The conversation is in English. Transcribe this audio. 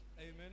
Amen